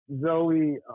Zoe